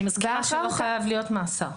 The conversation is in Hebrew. אני מזכירה שלא חייב להיות מאסר.